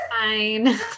Fine